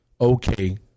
Okay